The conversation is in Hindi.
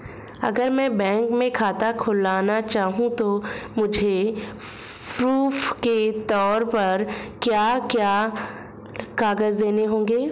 अगर मैं बैंक में खाता खुलाना चाहूं तो मुझे प्रूफ़ के तौर पर क्या क्या कागज़ देने होंगे?